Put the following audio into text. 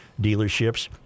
dealerships